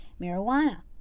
Marijuana